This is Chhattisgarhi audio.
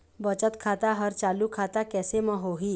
बचत खाता हर चालू खाता कैसे म होही?